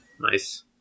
Nice